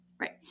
Right